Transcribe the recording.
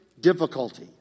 difficulty